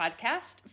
podcast